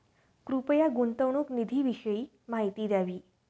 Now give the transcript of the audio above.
कृपया गुंतवणूक निधीविषयी माहिती द्यावी